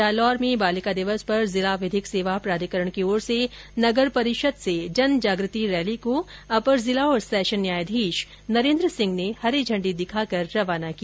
जालौर में राष्ट्रीय बालिका दिवस पर जिला विधिक सेवा प्राधिकरण की ओर से नगर परिषद से जनजागृति रैली को अपर जिला और सेशन न्यायाधीश नरेंन्द्रसिंह ने हरी झंडी दिखाकर रवाना किया